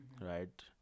right